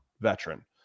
veteran